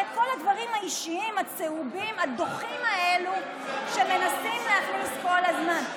ואת כל הדברים האישיים הצהובים הדוחים האלו שמנסים להכניס כל הזמן.